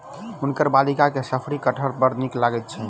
हुनकर बालिका के शफरी कटहर बड़ नीक लगैत छैन